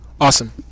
Awesome